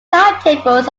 timetables